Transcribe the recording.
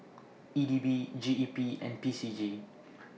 E D B G E P and P C G